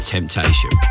Temptation